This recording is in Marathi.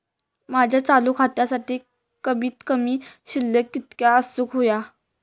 माझ्या चालू खात्यासाठी कमित कमी शिल्लक कितक्या असूक होया?